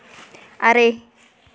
ᱟᱨᱮ